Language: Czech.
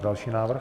Další návrh.